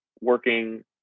working